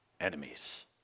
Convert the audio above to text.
enemies